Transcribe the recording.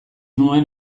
nuen